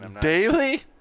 Daily